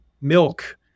milk